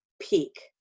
peak